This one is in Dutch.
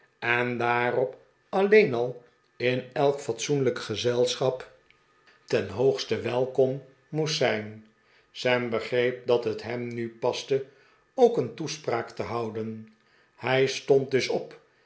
en daarom alleen al in elk fatsoenlijk gezelschap ten de pickwick club hoogste welkom moest zijn sam begreep dat het hem mi paste ook een toespraak te houden hij stond dus op